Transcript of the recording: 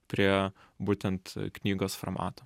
prie būtent knygos formato